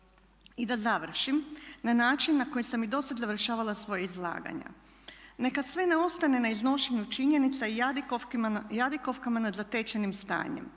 I da završim, na način na koji sam i do sad završavala svoja izlaganja neka sve ne ostane na iznošenju činjenica i jadikovkama nad zatečenim stanjem.